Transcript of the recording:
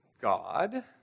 God